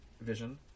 vision